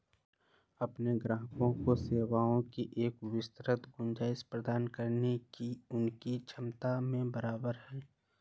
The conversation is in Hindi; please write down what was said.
अपने ग्राहकों को सेवाओं की एक विस्तृत गुंजाइश प्रदान करने की उनकी क्षमता में बराबर है